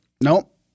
nope